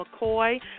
McCoy